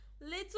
little